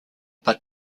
but